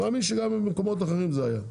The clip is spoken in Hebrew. אני מאמין שגם במקומות אחרים זה היה.